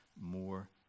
more